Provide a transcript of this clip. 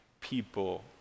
people